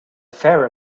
fair